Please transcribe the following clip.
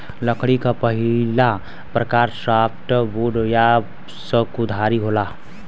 लकड़ी क पहिला प्रकार सॉफ्टवुड या सकुधारी होला